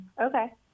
Okay